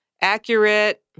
Accurate